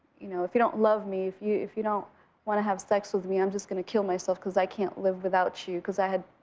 you know, if you don't love me, if you if you don't want to have sex with me, i'm just gonna kill myself, cause i can't live without you, cause i had